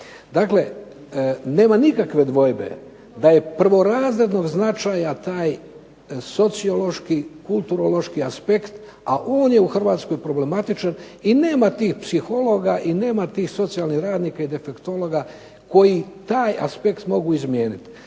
Dakle, nema nikakve dvojbe da je prvorazrednog značaja taj sociološki, kulturološki aspekt a on je u Hrvatskoj problematičan i nema tih psihologa i nema tih socijalnih radnika i defektologa koji taj aspekt mogu izmijeniti.